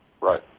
right